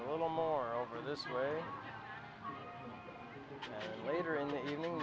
a little more over this way later in the evening